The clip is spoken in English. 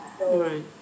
Right